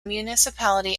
municipality